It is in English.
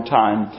time